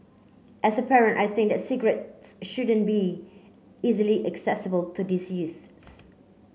as a parent I think that cigarettes shouldn't be easily accessible to these youths